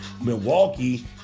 milwaukee